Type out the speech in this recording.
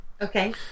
Okay